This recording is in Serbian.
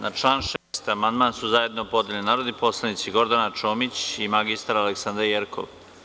Na član 6. amandman su zajedno podneli narodni poslanici Gordana Čomić i mr Aleksandra Jerkov.